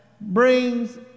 brings